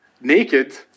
naked